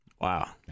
Wow